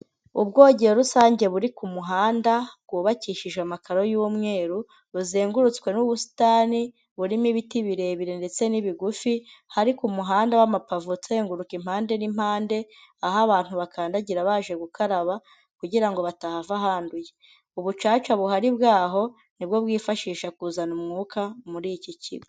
Ubwogero rusange buri ku muhanda, bwubakishije amakaro y'umweru, buzengurutswe n'ubusitani, burimo ibiti birebire ndetse n'ibigufi, hari ku muhanda w'amapave uzenguruka impande n'impande, aho abantu bakandagira baje gukaraba, kugira ngo batahava handuye, ubucaca buhari bwaho ni bwo bwifashisha kuzana umwuka muri iki kirwa.